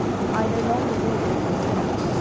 and i no longer lived in myself,